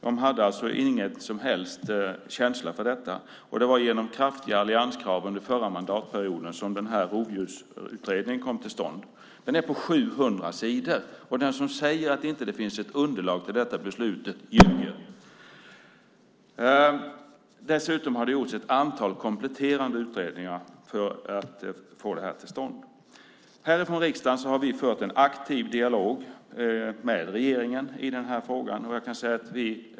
De hade ingen som helst känsla för detta. Det var genom kraftiga allianskrav under den förra mandatperioden som rovdjursutredningen kom till stånd. Den är på 700 sidor. Den som säger att det inte finns ett underlag till detta beslut ljuger. Dessutom har det gjorts ett antal kompletterande utredningar för att få det här till stånd. Härifrån riksdagen har vi fört en aktiv dialog med regeringen i den här frågan.